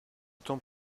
temps